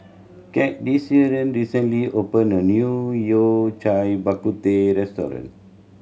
Cadence recently opened a new Yao Cai Bak Kut Teh restaurant